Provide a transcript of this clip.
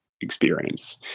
experience